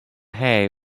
hay